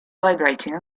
vibrating